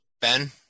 Ben